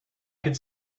could